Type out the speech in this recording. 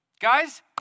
Guys